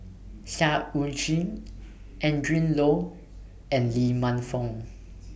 Seah EU Chin Adrin Loi and Lee Man Fong